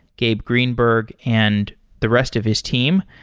gabe greenberg, and the rest of his team.